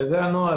זה הנוהל.